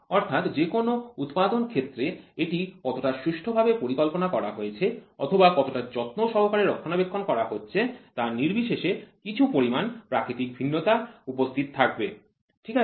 অর্থাৎ যেকোনো উৎপাদন ক্ষেত্রে এটি কতটা সুষ্ঠভাবে পরিকল্পনা করা হয়েছে অথবা কতটা যত্ন সহকারে রক্ষণাবেক্ষণ করা হচ্ছে তা নির্বিশেষে কিছু পরিমাণ প্রাকৃতিক ভিন্নতা উপস্থিত থাকবে ঠিক আছে